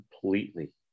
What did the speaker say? completely